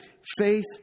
faith